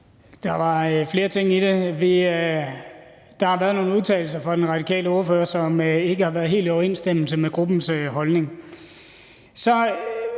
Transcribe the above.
Der var flere ting i det. Der har været nogle udtalelser fra den radikale ordfører, som ikke har været helt i overensstemmelse med gruppens holdning.